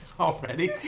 Already